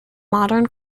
modern